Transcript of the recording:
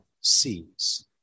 sees